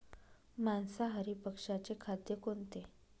मांसाहारी पक्ष्याचे खाद्य कोणते?